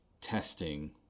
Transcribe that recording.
testing